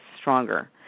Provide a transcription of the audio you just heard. stronger